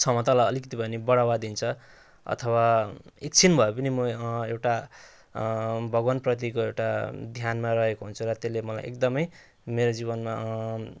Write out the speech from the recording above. क्षमतालाई अलिकति भए पनि बढावा दिन्छ अथवा एकछिन भए पनि म एउटा भगवानप्रतिको एउटा ध्यानमा रहेको हुन्छु र त्यसले मलाई एकदमै मेरो जीवनमा